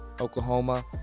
Oklahoma